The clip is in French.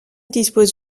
dispose